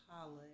college